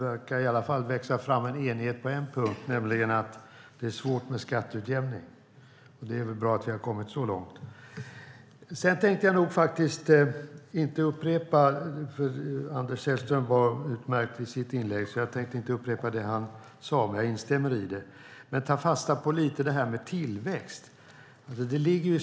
Fru talman! Det verkar växa fram enighet på åtminstone en punkt, nämligen att det är svårt med skatteutjämning. Det är bra att vi har kommit så långt. Anders Sellströms inlägg var utmärkt. Jag ska inte upprepa vad han sade, men jag instämmer i det. Jag vill ta fasta på frågan om tillväxt.